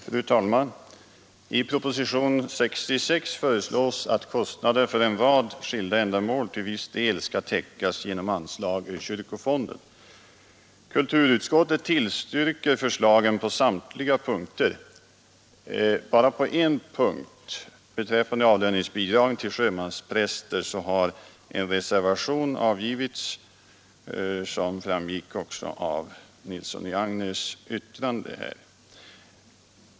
Fru talman! I propositionen 66 föreslås att kostnader för en rad skilda ändamål till viss del skall täckas genom anslag ur kyrkofonden. Kulturutskottet tillstyrker förslagen på samtliga punkter. Bara på en punkt, beträffande avlöningsbidragen till sjömanspräster, har avgivits en reservation, såsom också framgick av herr Nilssons i Agnäs inlägg.